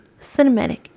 cinematic